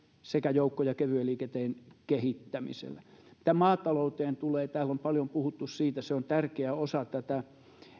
sekä joukko ja kevyen liikenteen kehittämisellä mitä maatalouteen tulee täällä on paljon puhuttu siitä se on tärkeä osa tätä